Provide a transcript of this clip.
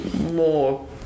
more